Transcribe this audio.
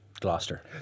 Gloucester